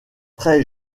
très